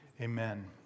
Amen